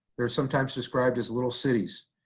they are sometimes described as little cities.